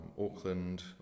Auckland